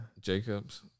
Jacobs